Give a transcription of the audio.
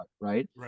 right